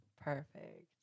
Perfect